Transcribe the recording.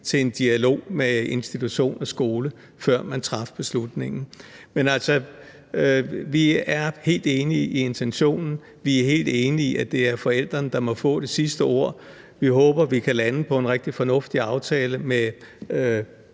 til en dialog med institutionen og skolen, før man traf beslutningen. Men vi er altså helt enige i intentionen. Vi er helt enige i, at det er forældrene, der må få det sidste ord, og vi håber, at vi kan lande på en rigtig fornuftig aftale med